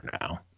now